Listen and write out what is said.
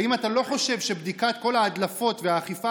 האם אתה לא חושב שבדיקת כל ההדלפות והאכיפה